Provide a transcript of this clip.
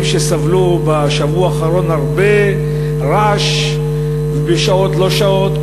שסבלו בשבוע האחרון הרבה רעש בשעות לא שעות,